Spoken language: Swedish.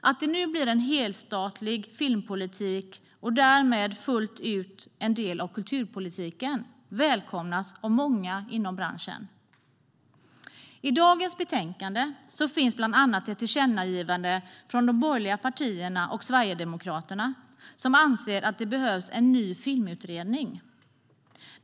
Att det nu blir en helstatlig filmpolitik som därmed fullt ut blir en del av kulturpolitiken välkomnas av många inom branschen. I dagens betänkande finns bland annat ett tillkännagivande från de borgerliga partierna och Sverigedemokraterna. De anser att det behövs en ny filmutredning.